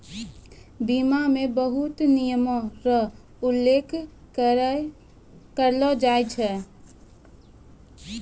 बीमा मे बहुते नियमो र उल्लेख करलो जाय छै